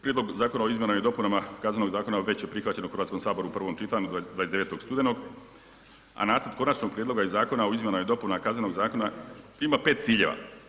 Prijedlog Zakona o izmjenama i dopunama Kaznenog zakona već je prihvaćen u Hrvatskom saboru u pravom čitanju 29. studenog, a nacrt Konačnog prijedloga Zakona o izmjenama i dopunama Kaznenog zakona ima pet ciljeva.